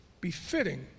befitting